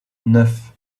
neuf